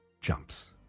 jumps